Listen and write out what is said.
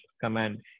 command